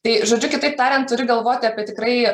tai žodžiu kitaip tarian turi galvoti apie tikrai